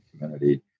community